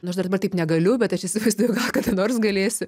nors dar dabar taip negaliu bet aš įsivaizduoju kad nors galėsiu